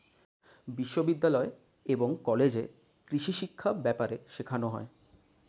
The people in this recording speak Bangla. বিশ্ববিদ্যালয় এবং কলেজে কৃষিশিক্ষা ব্যাপারে শেখানো হয়